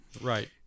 Right